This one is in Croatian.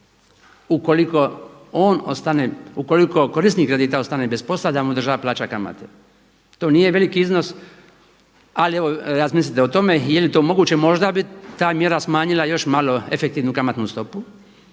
ukoliko korisnik kredita ostane bez posla da mu država plaća kamate. To nije veliki iznos ali evo razmislite o tome, je li to moguće. Možda bi ta mjera smanjila još malo efektivnu kamatnu stopu